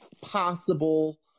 possible